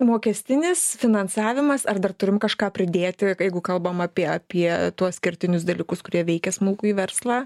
mokestinis finansavimas ar dar turim kažką pridėti jeigu kalbam apie apie tuos kertinius dalykus kurie veikia smulkųjį verslą